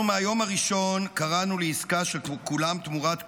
אנחנו מהיום הראשון קראנו לעסקה של כולם תמורת כולם,